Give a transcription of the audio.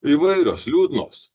įvairios liūdnos